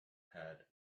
had